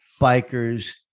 bikers